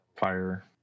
fire